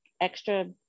extra